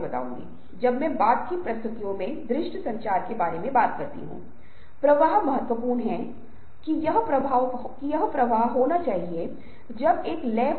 दूसरी ओर यदि आप इस छवि को देख रहे हैं जो बहुत समान है स्थिति आकार बहुत समान हैं लेकिन यदि आप इसे समझ में लाने केलिए हैं तो आपको इसे एक अलग अर्थ में समझना होगा